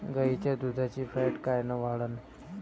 गाईच्या दुधाची फॅट कायन वाढन?